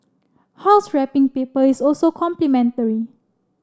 house wrapping paper is also complimentary